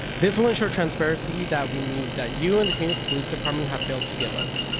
this will ensure transparency that we need that you and the phoenix police department have failed to give us.